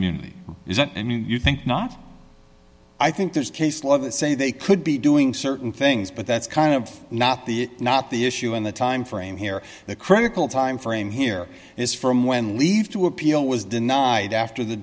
immunity is it and you think not i think there's case law that say they could be doing certain things but that's kind of not the not the issue and the time frame here the critical time frame here is from when we leave to appeal was denied after the